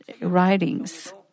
writings